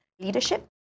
leadership